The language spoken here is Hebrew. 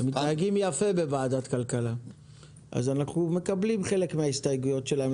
הם מתנהגים יפה בוועדת הכלכלה אז אנחנו מקבלים חלק מההסתייגויות שלהם,